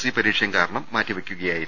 C പരീക്ഷയും കാരണം മാറ്റിവെക്കുക യായിരുന്നു